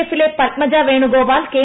എഫിലെ പത്മജ വേണുഗോപാൽ കെ